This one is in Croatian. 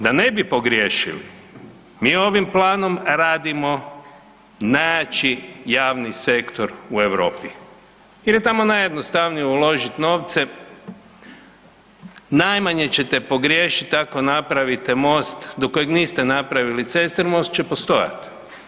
Da ne bi pogriješili mi ovim planom radimo najjači javni sektor u Europi, jer je tamo najjednostavnije uložiti novce, najmanje ćete pogriješiti ako napravite most do kojeg niste napravili cestu most će postojati.